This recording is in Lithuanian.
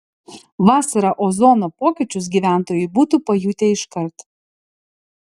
vasarą ozono pokyčius gyventojai būtų pajutę iškart